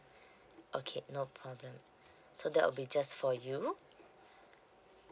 okay no problem so that will be just for you